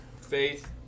Faith